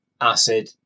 acid